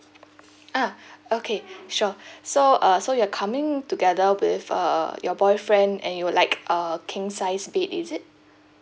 ah okay sure so uh so you're coming together with uh your boyfriend and you would like a king size bed is it